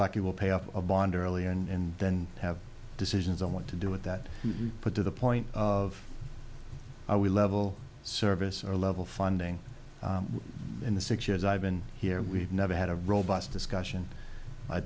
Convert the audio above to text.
lucky we'll pay off a bond earlier and then have decisions on what to do with that put to the point of we level service our level funding in the six years i've been here we've never had a robust discussion